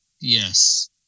Yes